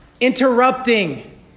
interrupting